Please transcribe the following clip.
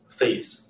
phase